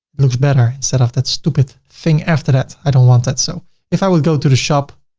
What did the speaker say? looks better instead of that stupid thing after that, i don't want that. so if i would go to the shop,